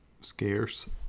scarce